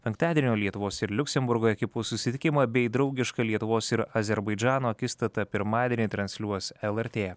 penktadienio lietuvos ir liuksemburgo ekipų susitikimą bei draugišką lietuvos ir azerbaidžano akistatą pirmadienį transliuos lrt